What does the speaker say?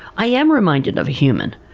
i am reminded of a human,